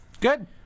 Good